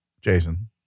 Jason